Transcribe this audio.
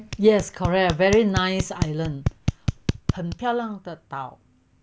yes correct very nice island 漂亮的岛